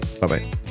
Bye-bye